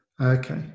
Okay